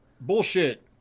Bullshit